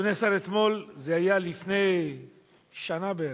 אדוני השר, אתמול, זה היה לפני שנה בערך,